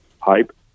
hype